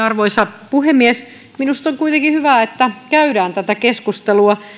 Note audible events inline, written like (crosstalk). (unintelligible) arvoisa puhemies minusta on kuitenkin hyvä että käydään tätä keskustelua